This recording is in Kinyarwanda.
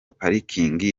parikingi